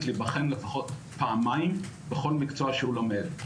להיבחן לפחות פעמיים בכל מקצוע שהוא לומד.